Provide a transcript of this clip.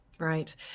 Right